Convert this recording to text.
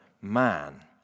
man